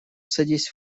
садись